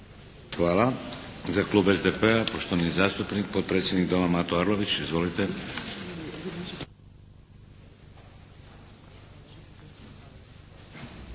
Hvala. Za klub SDP-a poštovani zastupnik potpredsjednik doma Mato Arlović. Izvolite.